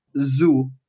zoo